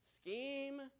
Scheme